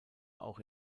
auch